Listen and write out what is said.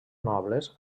nobles